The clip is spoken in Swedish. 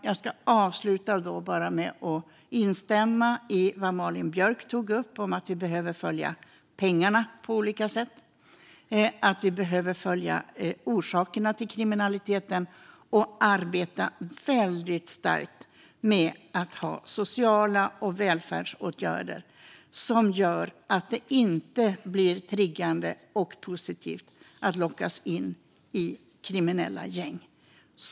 Jag ska avsluta med att instämma med det som Malin Björk tog upp om att vi behöver följa pengarna på olika sätt och att vi behöver följa orsakerna till kriminaliteten. Vi behöver arbeta väldigt starkt med att ha sociala åtgärder och välfärdsåtgärder som gör att det är inte triggande och positivt att lockas in i kriminella gäng.